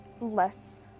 less